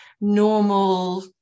normal